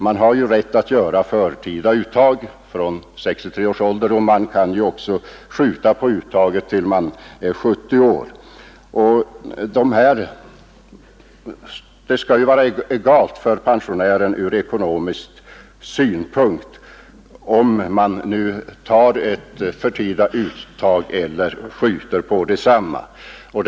Man har ju rätt att göra förtida uttag från 63 års ålder, och man kan också skjuta på uttaget tills man är 70 år. Det skall vara egalt för pensionären ur ekonomisk synpunkt om han tar ett förtida uttag eller skjuter på uttaget.